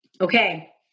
Okay